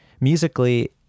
Musically